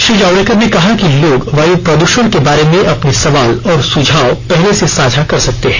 श्री जावड़ेकर ने कहा कि लोग वायु प्रद्षण के बारे में अपने सवाल और सुझाव पहले से साझा कर सकते हैं